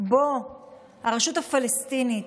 שבו הרשות הפלסטינית,